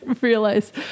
realize